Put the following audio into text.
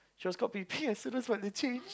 shows got be pear so that's what they change